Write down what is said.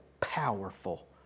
powerful